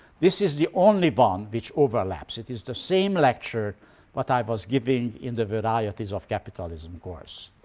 this is the only one which overlaps. it is the same lecture what i was giving in the varieties of capitalism course.